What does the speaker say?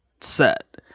set